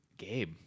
Gabe